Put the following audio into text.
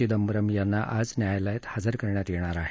चिदंबरम यांना आज न्यायालयात हजर करण्यात येणार आहे